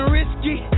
risky